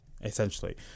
essentially